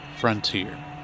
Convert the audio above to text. Frontier